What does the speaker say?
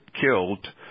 killed